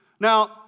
Now